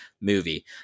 movie